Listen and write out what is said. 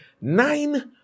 nine